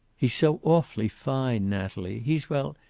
he's so awfully fine, natalie. he's well,